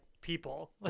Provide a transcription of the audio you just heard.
people